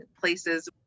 places